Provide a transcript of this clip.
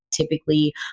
typically